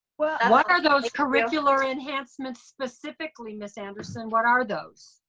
what and what are those curricular enhancements specifically miss anderson? what are those?